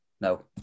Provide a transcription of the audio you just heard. No